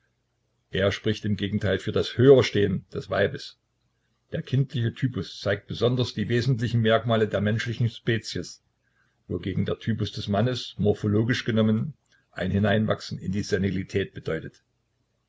er spricht im gegenteil für das höherstehen des weibes der kindliche typus zeigt besonders die wesentlichen merkmale der menschlichen spezies wogegen der typus des mannes morphologisch genommen ein hineinwachsen in die senilität bedeutet